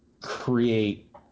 create